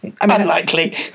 Unlikely